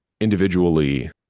individually